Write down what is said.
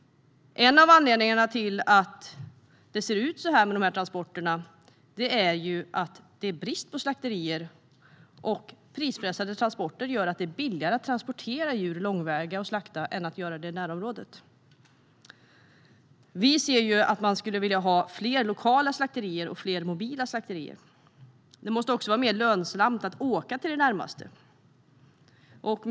En av anledningarna till att det ser ut som det gör med transporterna är att det finns en brist på slakterier. Prispressade transporter gör att det är billigare med långväga djurtransporter för att slakta än att slakta i närområdet. Vi skulle gärna vilja att det fanns fler lokala och fler mobila slakterier. Det måste också vara mer lönsamt att åka till det som ligger närmast.